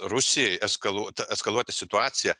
rusijai eskaluot eskaluoti situaciją